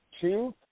two